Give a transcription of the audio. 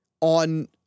on